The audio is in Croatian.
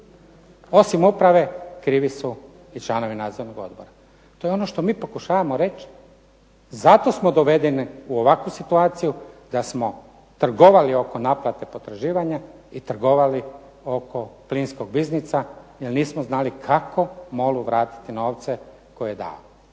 osim uprave krivi su i članovi nadzornog odbora. To je ono što mi pokušavamo reći. Zato smo dovedeni u ovakvu situaciju da smo trgovali oko naplate potraživanja i trgovali oko plinskog biznisa, jer nismo znali kako MOL-u vratiti novce koje je dao.